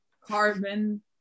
carbon